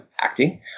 acting